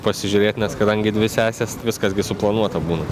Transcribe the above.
pasižiūrėt nes kadangi dvi sesės viskas gi suplanuota būna